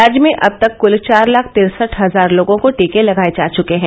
राज्य में अब तक क्ल चार लाख तिरसठ हजार लोगों को टीके लगाये जा चुके हैं